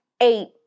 eight